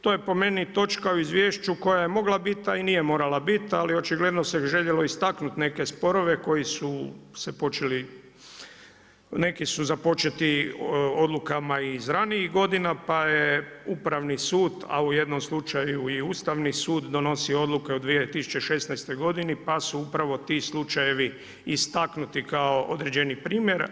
To je po meni točka u izvješću koja je mogla biti, a i nije morala biti, ali očigledno se željelo istaknuti neke sporove, koji su počeli, neki su započeti odlukama iz ranijih godina, pa je upravni sud, a u jednom slučaju i Ustavni sud, donosi odluke u 2016. godini, pa su upravo ti slučajevi istaknuti kao određeni primjer.